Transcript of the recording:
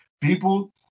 People